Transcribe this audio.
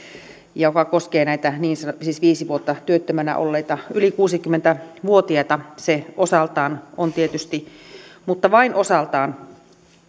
joka koskee näitä viisi vuotta työttömänä olleita yli kuusikymmentä vuotiaita se on tietysti osaltaan mutta vain osaltaan